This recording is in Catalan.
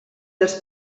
dels